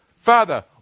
Father